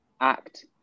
act